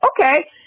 okay